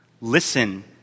Listen